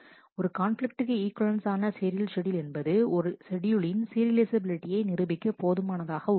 ஒரு கான்பிலிக்ட்டுக்கு இக்வலன்ஸ் ஆன சீரியல் ஷெட்யூல் என்பது ஒரு ஷெட்யூலின் சீரியலைஃசபிலிட்டியை நிரூபிக்க போதுமானதாக உள்ளது